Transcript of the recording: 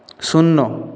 শূন্য